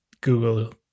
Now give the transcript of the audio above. Google